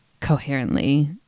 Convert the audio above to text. coherently